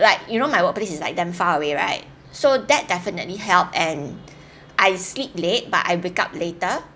like you know my work place is like damn far away right so that definitely help and I sleep late but I wake up later